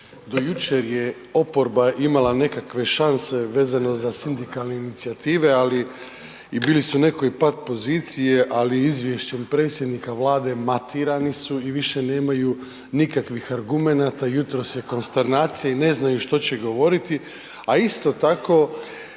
do jučer je oporba imala nekakve šanse vezano za sindikalne inicijative ali i bili su u nekoj pat poziciji, ali izvješćem predsjednika Vlade matirani su i više nemaju nikakvih argumenata. Jutros je konsternacija i ne znaju što će govoriti, a isto tako